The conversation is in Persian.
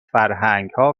فرهنگها